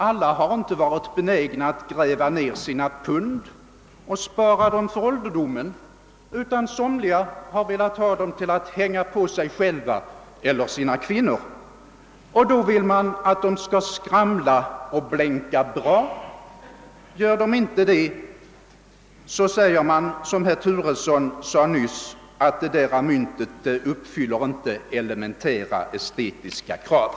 Alla har inte varit benägna att gräva ned sina pund och spara dem för ålderdomen, utan 'somliga har velat hå dem till att hänga på sig själva eller sina kvinnor. I sådant fall vill man att de skall skramla och blänka bra. Gör de inte det säger man som herr Turesson nyss gjorde: Detta mynt uppfyller inte elementära estetiska krav.